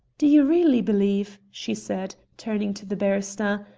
do you really believe, she said, turning to the barrister,